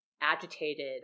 agitated